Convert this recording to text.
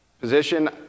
position